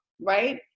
right